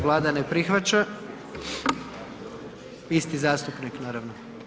Vlada ne prihvaća, isti zastupnik naravno.